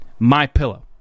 MyPillow